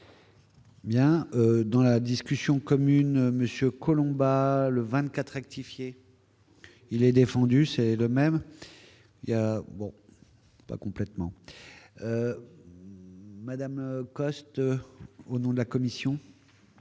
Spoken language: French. Bien dans la discussion commune Monsieur Collombat le 24 actif. Il est défendu, c'est le même, il y a bon pas complètement Madame Coste, au nom de la commission.